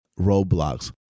roadblocks